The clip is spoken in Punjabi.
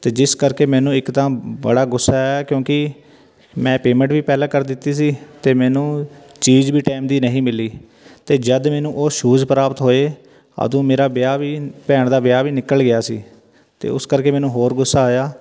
ਅਤੇ ਜਿਸ ਕਰਕੇ ਮੈਨੂੰ ਇੱਕ ਤਾਂ ਬੜਾ ਗੁੱਸਾ ਕਿਉਂਕਿ ਮੈਂ ਪੇਮੈਂਟ ਵੀ ਪਹਿਲਾਂ ਕਰ ਦਿੱਤੀ ਸੀ ਅਤੇ ਮੈਨੂੰ ਚੀਜ਼ ਵੀ ਟਾਈਮ ਦੀ ਨਹੀਂ ਮਿਲੀ ਅਤੇ ਜਦ ਮੈਨੂੰ ਉਹ ਸ਼ੂਜ਼ ਪ੍ਰਾਪਤ ਹੋਏ ਓਦੋਂ ਮੇਰਾ ਵਿਆਹ ਵੀ ਭੈਣ ਦਾ ਵਿਆਹ ਵੀ ਨਿਕਲ ਗਿਆ ਸੀ ਅਤੇ ਉਸ ਕਰਕੇ ਮੈਨੂੰ ਹੋਰ ਗੁੱਸਾ ਆਇਆ